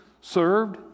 served